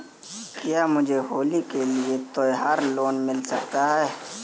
क्या मुझे होली के लिए त्यौहार लोंन मिल सकता है?